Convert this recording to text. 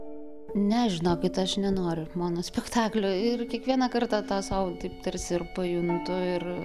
ne žinokit aš nenoriu mano spektaklio ir kiekvieną kartą tą sau taip tarsi ir pajuntu ir